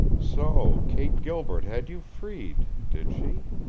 so kate gilbert had you freed, did she?